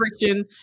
friction